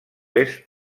est